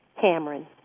Cameron